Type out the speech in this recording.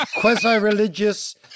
Quasi-religious